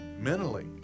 mentally